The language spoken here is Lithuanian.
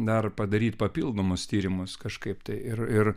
dar padaryt papildomus tyrimus kažkaip tai ir ir